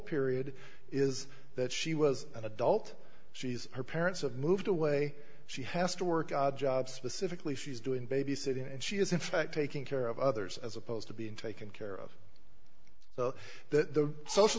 period is that she was an adult she's her parents have moved away she has to work odd jobs specifically she's doing babysitting and she is in fact taking care of others as opposed to being taken care of so the social